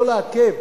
לא לעכב,